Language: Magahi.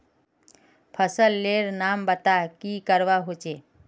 फसल लेर नाम बता की करवा होचे?